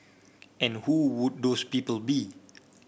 and who would those people be